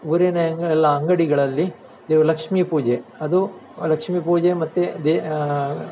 ಊರಿನ ಎಲ್ಲ ಅಂಗಡಿಗಳಲ್ಲಿ ನೀವು ಲಕ್ಷ್ಮಿ ಪೂಜೆ ಅದು ಲಕ್ಷ್ಮಿ ಪೂಜೆ ಮತ್ತು ದೆ